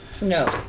No